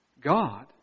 God